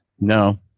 No